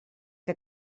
que